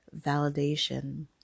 validation